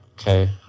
Okay